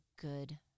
good